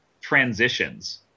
transitions